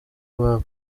iwabo